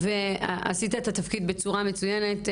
-- ועשית את התפקיד בצורה מצוינת,